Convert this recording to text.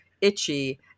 Itchy